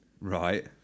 Right